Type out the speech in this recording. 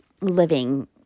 living